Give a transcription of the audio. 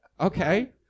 Okay